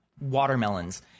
watermelons